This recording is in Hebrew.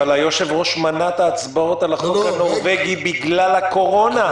היושב-ראש מנע את ההצבעות על החוק הנורווגי בגלל הקורונה.